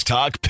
Talk